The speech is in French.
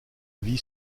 vie